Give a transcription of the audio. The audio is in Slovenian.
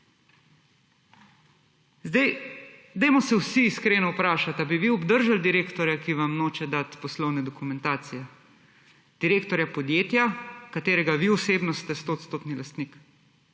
Zdaj, dajmo se vsi iskreno vprašat, a bi vi obdržali direktorja, ki vam noče dati poslovne dokumentacije, direktorja podjetja, katerega vi osebno ste 100-odstotni lastnik?